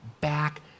back